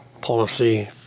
policy